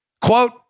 Quote